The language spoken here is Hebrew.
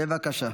בבקשה.